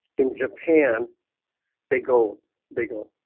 in japan they go they go